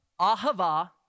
ahava